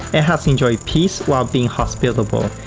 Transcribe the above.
it has enjoy peace while being hospitable,